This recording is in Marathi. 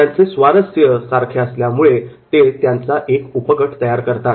त्यांचे स्वारस्य सारखे असल्यामुळे ते त्यांचा उपगट तयार करतात